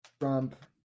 Trump